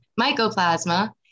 mycoplasma